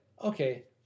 Okay